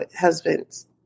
husbands